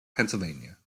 pennsylvania